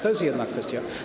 To jest jedna kwestia.